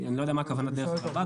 אני לא יודע מה הכוונה "דרך הרלב"ד",